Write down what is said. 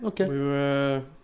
okay